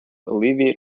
alleviate